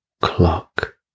clock